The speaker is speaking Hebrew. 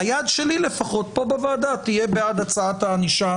היד שלי לפחות פה בוועדה תהיה בעד הצעת הענישה